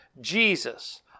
Jesus